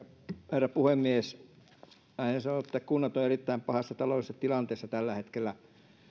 herra puhemies kunnat ovat erittäin pahassa taloudellisessa tilanteessa tällä hetkellä